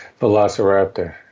velociraptor